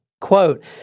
Quote